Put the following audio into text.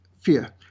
fear